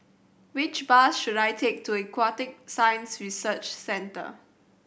which bus should I take to Aquatic Science Research Centre